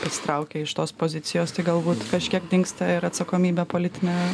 pasitraukia iš tos pozicijos tai galbūt kažkiek dingsta ir atsakomybė politinė